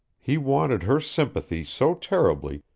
he wanted her sympathy so terribly,